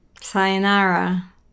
sayonara